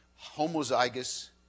homozygous